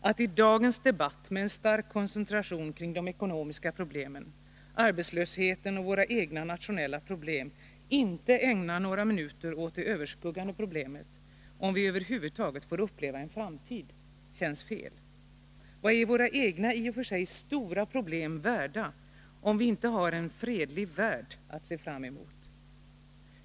Att i dagens debatt med en stark koncentration kring de ekonomiska problemen, arbetslösheten och våra egna nationella problem inte ägna några minuter åt det överskuggande problemet om vi över huvud taget får uppleva en framtid känns fel. Vad är våra egna i och för sig stora problem värda, om vi inte har en fredlig värld att se fram emot?